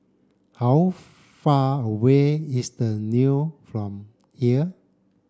how far away is The Leo from here